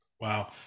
Wow